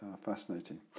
fascinating